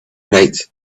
night